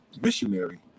missionary